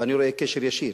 ואני רואה קשר ישיר,